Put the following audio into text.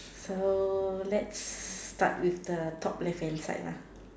so let's start with the top left hand side lah